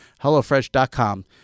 HelloFresh.com